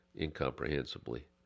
incomprehensibly